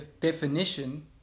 definition